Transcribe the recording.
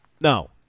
no